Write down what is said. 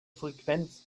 frequenz